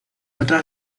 otras